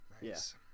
Yes